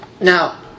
Now